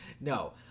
No